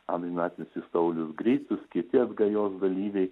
amžinatilsį saulius gricius kiti atgajos dalyviai